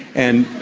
and